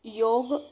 योग